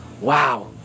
Wow